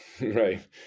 right